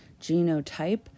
genotype